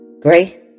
Gray